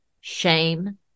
shame